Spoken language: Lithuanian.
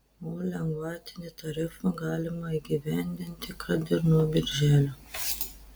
o lengvatinį tarifą galima įgyvendinti kad ir nuo birželio